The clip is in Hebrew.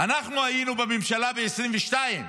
אנחנו היינו בממשלה ב-2022,